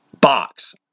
box